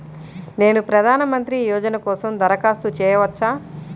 నేను ప్రధాన మంత్రి యోజన కోసం దరఖాస్తు చేయవచ్చా?